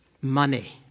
Money